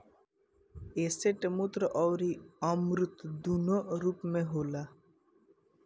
asset मूर्त अउरी अमूर्त दूनो रूप में होला